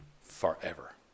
forever